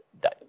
die